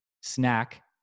snack